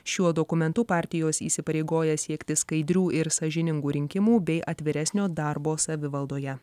šiuo dokumentu partijos įsipareigoja siekti skaidrių ir sąžiningų rinkimų bei atviresnio darbo savivaldoje